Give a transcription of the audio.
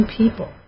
people